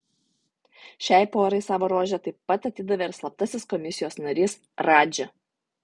šiai porai savo rožę taip pat atidavė ir slaptasis komisijos narys radži